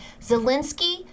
Zelensky